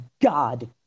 god